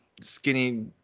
skinny